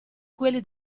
quelli